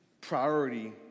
priority